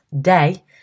day